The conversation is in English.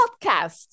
podcast